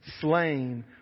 slain